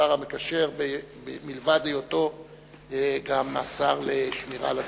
השר המקשר מלבד היותו גם השר לשמירה על הסביבה.